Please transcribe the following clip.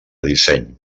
disseny